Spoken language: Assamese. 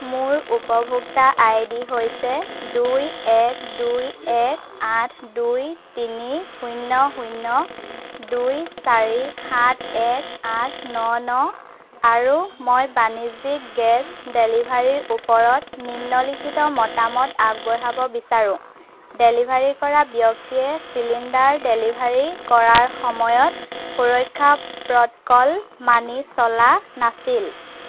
মোৰ উপভোক্তা আইডি হৈছে দুই এক দুই এক আঠ দুই তিনি শূন্য় শূন্য় দুই চাৰি সাত এক আঠ ন ন আৰু মই বাণিজ্য়িক গেছ ডেলিভাৰীৰ ওপৰত নিম্নলিখিত মতামত আগবঢ়াব বিচাৰোঁ ডেলিভাৰী কৰা ব্য়ক্তিয়ে চিলিণ্ডাৰ ডেলিভাৰী কৰাৰ সময়ত সুৰক্ষা প্ৰট'কল মানি চলা নাছিল